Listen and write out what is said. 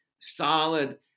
solid